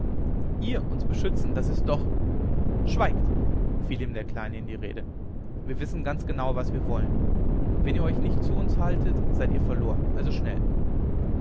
ihr uns beschützen das ist doch schweigt fiel ihm der kleine in die rede wir wissen ganz genau was wir wollen wenn ihr euch nicht zu uns haltet seid ihr verloren also schnell